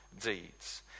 deeds